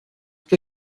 que